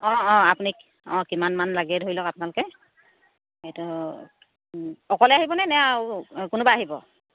অঁ অঁ আপুনি অঁ কিমানমান লাগে ধৰি লওক আপোনালোকে এইটো অকলে আহিবনে নে আৰু কোনোবা আহিব